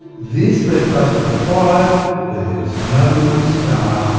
this left us with five where there was no star